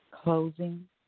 Closing